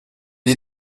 les